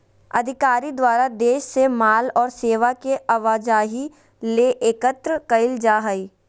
अधिकारी द्वारा देश से माल और सेवा के आवाजाही ले एकत्र कइल जा हइ